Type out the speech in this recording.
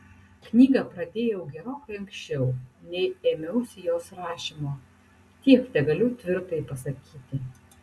knygą pradėjau gerokai anksčiau nei ėmiausi jos rašymo tiek tegaliu tvirtai pasakyti